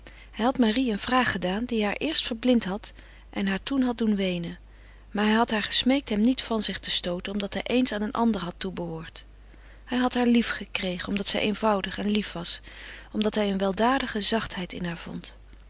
hij had marie een vraag gedaan die haar eerst verblind had en haar toen had doen weenen maar hij had haar gesmeekt hem niet van zich te stooten omdat hij eens aan een ander had toebehoord hij had haar lief gekregen omdat zij eenvoudig en lief was omdat hij een weldadige zachtheid in haar vond